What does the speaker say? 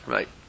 Right